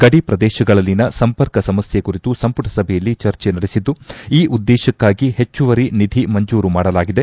ಗಡಿಪ್ರದೇಶಗಳಲ್ಲಿನ ಸಂಪರ್ಕ ಸಮಸ್ಯೆ ಕುರಿತು ಸಂಪುಟ ಸಭೆಯಲ್ಲಿ ಚರ್ಚೆ ನಡೆಸಿದ್ದು ಈ ಉದ್ದೇಶಕ್ನಾಗಿ ಹೆಚ್ಚುವರಿ ನಿಧಿ ಮಂಜೂರು ಮಾಡಲಾಗಿದೆ